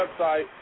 website